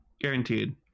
guaranteed